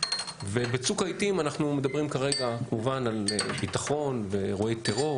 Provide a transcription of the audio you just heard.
ובצוק העיתים אנחנו מדברים כרגע כמובן על ביטחון ואירועי טרור,